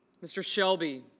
mr. shelby